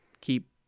keep